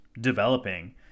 developing